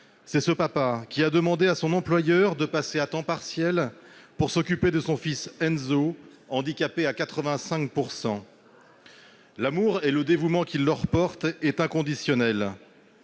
C'est ce père qui a demandé à son employeur de passer à temps partiel pour s'occuper de son fils, Enzo, handicapé à 85 %. L'amour et le dévouement qu'ils portent à leurs proches sont inconditionnels